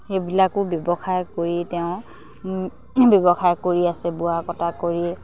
সেইবিলাকো ব্যৱসায় কৰি তেওঁ ব্যৱসায় কৰি আছে বোৱা কটা কৰিয়ে